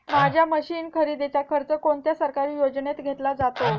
माझ्या मशीन खरेदीचा खर्च कोणत्या सरकारी योजनेत घेतला जातो?